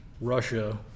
Russia